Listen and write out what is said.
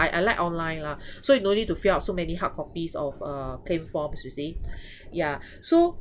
I I like online lah so you no need to fill up so many hard copies of uh claim forms you see ya so